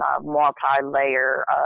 multi-layer